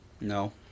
No